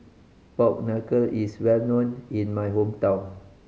pork knuckle is well known in my hometown